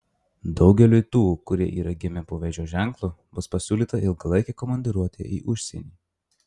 daugeliui tų kurie yra gimę po vėžio ženklu bus pasiūlyta ilgalaikė komandiruotė į užsienį